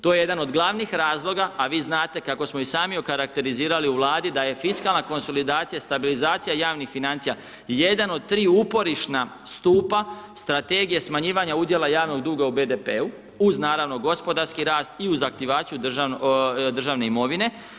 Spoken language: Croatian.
To je jedan od glavnih razloga, a vi znate kako smo i sami okarakterizirali u Vladi da je fiskalna konsolidacija, stabilizacija javnih financija jedan od tri uporišna stupa Strategije smanjivanja udjela javnog duga u BDP-u uz naravno gospodarski rast i uz aktivaciju državne imovine.